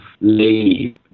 leave